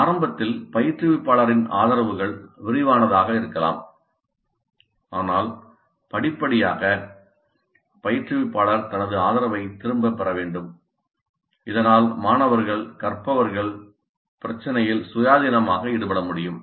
ஆரம்பத்தில் பயிற்றுவிப்பாளரின் ஆதரவுகள் விரிவானதாக இருக்கலாம் ஆனால் படிப்படியாக பயிற்றுவிப்பாளர் தனது ஆதரவைத் திரும்பப் பெற வேண்டும் இதனால் மாணவர்கள் கற்பவர்கள் பிரச்சினையில் சுயாதீனமாக ஈடுபட முடியும்